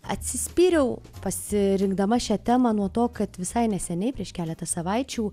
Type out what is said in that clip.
atsispyriau pasirinkdama šią temą nuo to kad visai neseniai prieš keletą savaičių